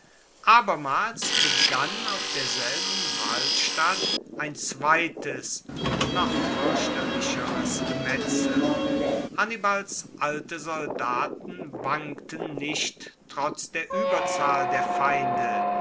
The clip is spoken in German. abermals begann auf derselben walstatt ein zweites noch fuerchterlicheres gemetzel hannibals alte soldaten wankten nicht trotz der ueberzahl der feinde